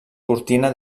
cortina